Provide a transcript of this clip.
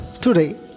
today